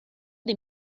dei